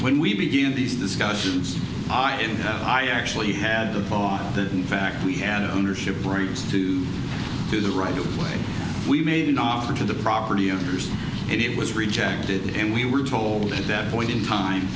when we begin these discussions i actually had thought that in fact we had ownership rights to do the right way we made an offer to the property owners and it was rejected and we were told at that point in time